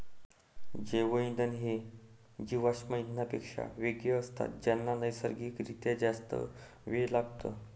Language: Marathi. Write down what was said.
जैवइंधन हे जीवाश्म इंधनांपेक्षा वेगळे असतात ज्यांना नैसर्गिक रित्या जास्त वेळ लागतो